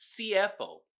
CFO